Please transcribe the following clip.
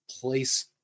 place